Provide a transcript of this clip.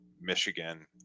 Michigan